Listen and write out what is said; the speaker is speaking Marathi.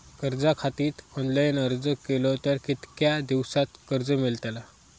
कर्जा खातीत ऑनलाईन अर्ज केलो तर कितक्या दिवसात कर्ज मेलतला?